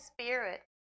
Spirit